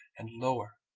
and lower,